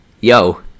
Yo